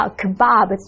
kebab